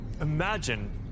Imagine